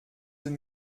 deux